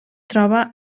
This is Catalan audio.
troba